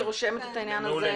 אני רושמת את העניין הזה.